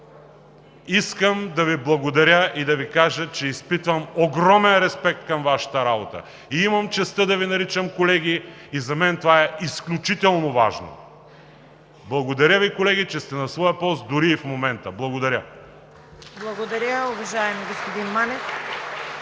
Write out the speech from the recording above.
искам да Ви благодаря и да Ви кажа, че изпитвам огромен респект към Вашата работа. Имам честта да Ви наричам колеги и за мен това е изключително важно. Благодаря Ви, колеги, че сте на своя пост дори и в момента. Благодаря! (Ръкопляскания.)